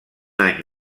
any